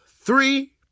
three